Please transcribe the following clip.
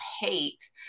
hate